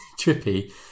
trippy